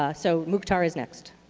ah so muktar is next.